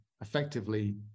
effectively